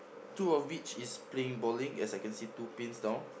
two of which is playing bowling as I can see two pins down